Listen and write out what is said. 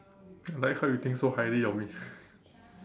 I like how you think so highly of me